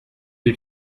you